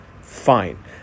Fine